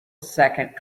second